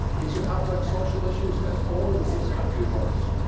these are complex social issues as old as this country of ours.